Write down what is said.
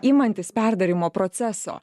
imantis perdarymo proceso